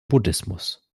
buddhismus